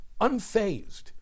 Unfazed